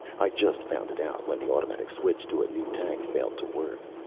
i just found it out when the automatic switch to a new tank failed to work.